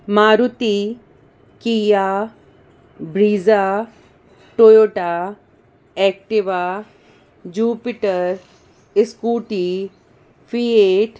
Maruti Kia Brezza Toyota Activa Jupiter Scooty fiat